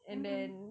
mmhmm